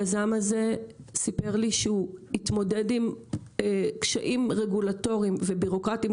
היזם הזה סיפר לי שהוא התמודד עם קשיים רגולטורים ובירוקרטים,